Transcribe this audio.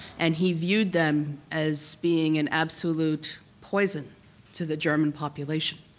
and he viewed them as being an absolute poison to the german population.